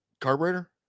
carburetor